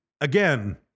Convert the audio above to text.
again